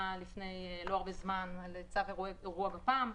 לפני לא הרבה זמן כשדנו בצו אירוע גפ"מ.